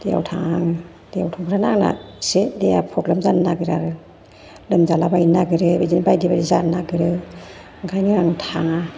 दैयाव थाङा आं दैयाव थांबानो आंना एसे देहाया प्रब्लेम जानो नागिरो आरो लोमजालाबायनो नागिरो बिदिनो बायदि बायदि जानो नागिरो ओंखायनो आं थाङा